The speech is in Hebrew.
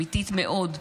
אמיתית מאוד,